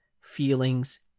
feelings